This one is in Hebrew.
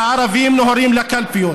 שהערבים נוהרים לקלפיות?